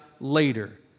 later